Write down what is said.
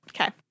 Okay